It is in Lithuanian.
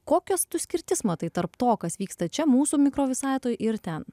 kokias tu skirtis matai tarp to kas vyksta čia mūsų mikro visatoj ir ten